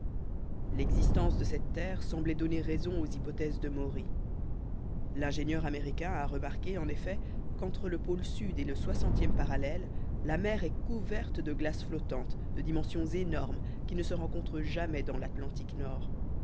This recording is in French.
l'existence de cette terre semblait donner raison aux hypothèses de maury l'ingénieur américain a remarqué en effet qu'entre le pôle sud et le soixantième parallèle la mer est couverte de glaces flottantes de dimensions énormes qui ne se rencontrent jamais dans l'atlantique nord